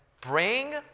bring